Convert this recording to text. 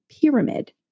pyramid